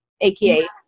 aka